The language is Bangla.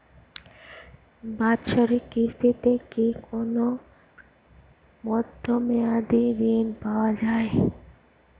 বাৎসরিক কিস্তিতে কি কোন মধ্যমেয়াদি ঋণ পাওয়া যায়?